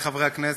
חברי חברי הכנסת,